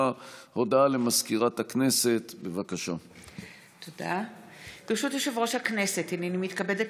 נ"ג הישיבה החמישים-ושלוש של הכנסת העשרים-ושלוש יום שני,